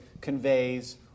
conveys